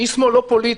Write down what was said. לא פוליטי.